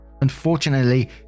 Unfortunately